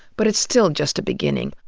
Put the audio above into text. but it's still just a beginning.